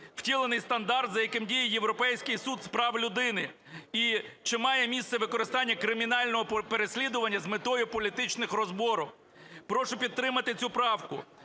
втілений стандарт, за яким діє Європейський суд з прав людини, і чи має місце використання кримінального переслідування з метою політичних розборок. Прошу підтримати цю правку.